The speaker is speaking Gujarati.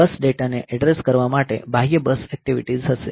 બસ ડેટાને એડ્રેસ કરવા માટે બાહ્ય બસ એક્ટિવિટીઝ હશે